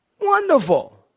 wonderful